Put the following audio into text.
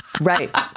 Right